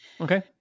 Okay